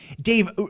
Dave